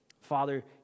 Father